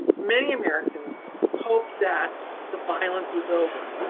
many americans hoped that the violence was over,